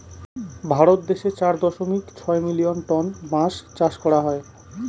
ভারত দেশে চার দশমিক ছয় মিলিয়ন টন বাঁশ চাষ করা হয়